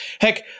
Heck